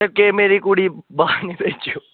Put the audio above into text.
ते मेरी कुड़ी बाहरै भेजो